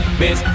miss